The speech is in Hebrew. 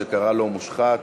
שקרא לו מושחת,